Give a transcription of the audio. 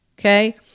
Okay